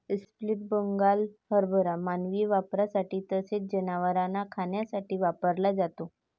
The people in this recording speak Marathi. स्प्लिट बंगाल हरभरा मानवी वापरासाठी तसेच जनावरांना खाण्यासाठी वापरला जातो